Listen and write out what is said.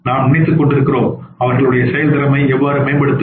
நாம் நினைத்துக்கொண்டிருக்கிறோம் அவர்களின் செயல்திறனை எவ்வாறு மேம்படுத்துவது